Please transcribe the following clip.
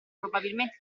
probabilmente